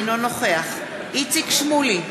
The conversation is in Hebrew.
אינו נוכח איציק שמולי,